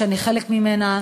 שאני חלק ממנה,